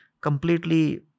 completely